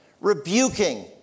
rebuking